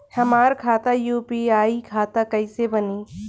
हमार खाता यू.पी.आई खाता कइसे बनी?